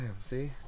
see